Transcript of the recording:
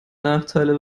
nachteile